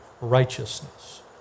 righteousness